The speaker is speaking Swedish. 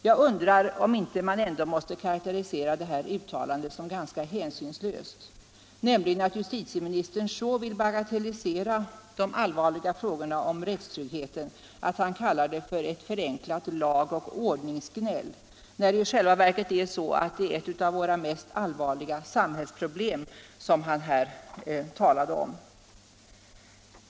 Jag undrar om man ändå inte måste karakterisera detta uttalande som ganska hänsynslöst, nämligen att justitieministern så vill bagatellisera de allvarliga frågorna om rättstryggheten, att han kallar det för ett ”förenklat lagoch ordningsgnäll”, när det i själva verket är ett av våra allvarligaste samhällsproblem som justitieministern här talade om.